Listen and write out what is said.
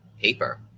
paper